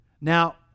Now